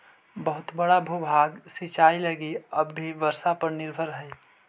बहुत बड़ा भूभाग सिंचाई लगी अब भी वर्षा पर निर्भर हई